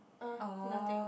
uh nothing